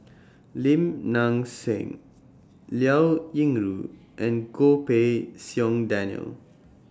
Lim Nang Seng Liao Yingru and Goh Pei Siong Daniel